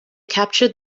captured